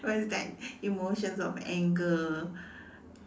where's that emotions of anger